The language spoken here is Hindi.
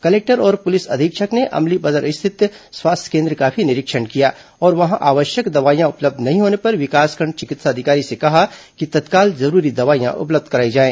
कलेक्टर और पुलिस अधीक्षक ने अमलीपदर स्थित स्वास्थ्य केन्द्र का भी निरीक्षण किया और वहां आवश्यक दवाईयां उपलब्ध नहीं होने पर विकासखंड चिकित्सा अधिकारी से कहा कि तत्काल जरूरी दवाईयां उपलब्ध कराई जाए